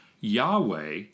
Yahweh